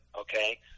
okay